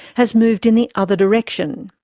has moved in the other direction.